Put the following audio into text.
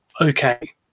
Okay